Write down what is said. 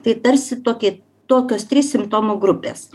tai tarsi tokie tokios trys simptomų grupės